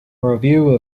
review